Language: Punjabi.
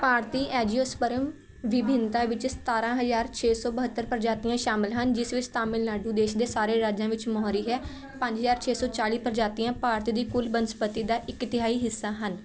ਭਾਰਤੀ ਐਂਜੀਓਸਪਰਮ ਵਿਭਿੰਨਤਾ ਵਿੱਚ ਸਤਾਰਾਂ ਹਜ਼ਾਰ ਛੇ ਸੌ ਬਹੱਤਰ ਪ੍ਰਜਾਤੀਆਂ ਸ਼ਾਮਲ ਹਨ ਜਿਸ ਵਿੱਚ ਤਾਮਿਲਨਾਡੂ ਦੇਸ਼ ਦੇ ਸਾਰੇ ਰਾਜਾਂ ਵਿੱਚ ਮੋਹਰੀ ਹੈ ਪੰਜ ਹਜ਼ਾਰ ਛੇ ਸੌ ਚਾਲੀ ਪ੍ਰਜਾਤੀਆਂ ਭਾਰਤ ਦੀ ਕੁੱਲ ਬਨਸਪਤੀ ਦਾ ਇੱਕ ਤਿਹਾਈ ਹਿੱਸਾ ਹਨ